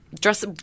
dress